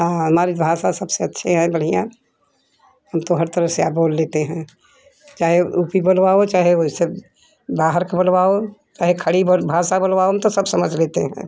हमारी भाषा सबसे अच्छी है बढ़िया है हम त हर तरह से अ बोल लेतें हैं चाहें उ पी बोलवाओ चाहें वैसे बाहर का बोलवाओ चाहें खड़ी भर भाषा बोलवाओं हम तो सब समझ लेतें हैं